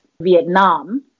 Vietnam